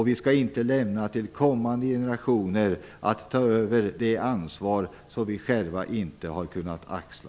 Vi kan inte lämna till kommande generationer ett ansvar som vi själva inte har kunnat axla.